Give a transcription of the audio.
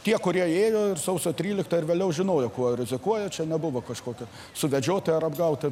tie kurie ėjo ir sausio tryliktą ir vėliau žinojo kuo rizikuoja čia nebuvo kažkokio suvedžioti ar apgauti